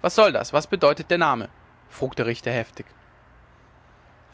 was soll das was bedeutet der name frug der richter heftig